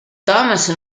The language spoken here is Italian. thomas